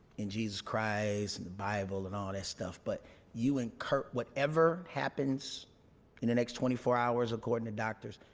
in jesus christ and the bible and all that stuff but you encourage, whatever happens in the next twenty four hours according to doctors,